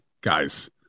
guys